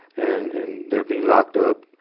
and, and they're being locked up.